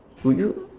would you